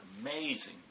amazing